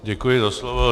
Děkuji za slovo.